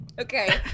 Okay